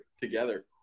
together